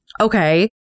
Okay